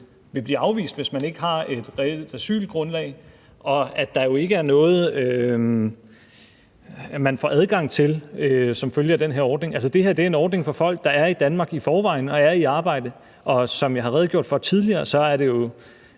vil blive afvist, hvis man ikke har et reelt asylgrundlag, og at der jo ikke er noget, man får adgang til som følge af den her ordning. Altså det her er en ordning for folk, der er i Danmark i forvejen og er i arbejde, og som jeg har redegjort for tidligere, er det jo